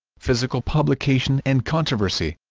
physical publication and controversy